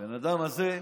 הבן אדם הזה,